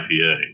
IPA